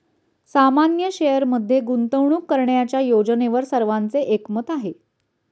सामान्य शेअरमध्ये गुंतवणूक करण्याच्या योजनेवर सर्वांचे एकमत आहे